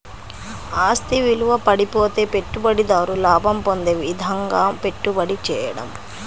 ఆస్తి విలువ పడిపోతే పెట్టుబడిదారు లాభం పొందే విధంగాపెట్టుబడి చేయడం